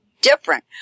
different